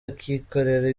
akikorera